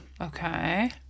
Okay